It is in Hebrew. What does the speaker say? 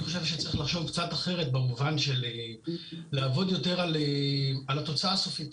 אני חושב שצריך לחשוב קצת אחרת במובן של לעבוד יותר על התוצאה הסופית.